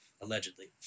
Allegedly